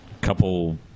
couple